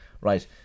right